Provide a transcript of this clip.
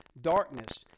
darkness